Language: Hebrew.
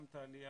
גם את העלייה,